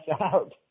out